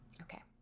Okay